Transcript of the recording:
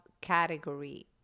category